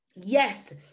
Yes